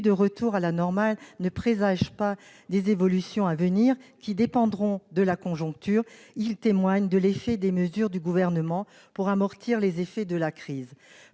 de retour à la normale ne présage pas des évolutions à venir, qui dépendront de la conjoncture, il témoigne en tout cas de l'effet qu'ont eu les mesures du Gouvernement pour amortir les effets de la crise.